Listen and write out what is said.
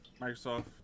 Microsoft